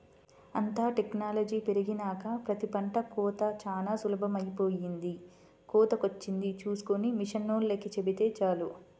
అంతా టెక్నాలజీ పెరిగినాక ప్రతి పంట కోతా చానా సులభమైపొయ్యింది, కోతకొచ్చింది చూస్కొని మిషనోల్లకి చెబితే చాలు